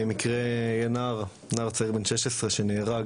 מקרה של נער צעיר בן 16 שנהרג